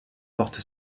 porte